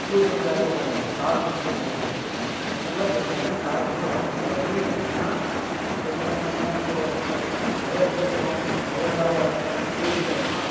school friends யார்ட்டியும் போக மாட்டாங்க காலேஜ் ஃப்ரெண்ட்ஸ்ட தான் வருவாங்க பிரச்சின இருந்தாலும் காலேஜ் ஃப்ரெண்ட்ஸ்டதான் வரணும் வேற வழி இல்லை ஏன்னா இப்போ என்ன பண்ணணும்னா இப்போ நிறைய பேசுகிறோம் நிறைய யோசிக்கிறோம்னா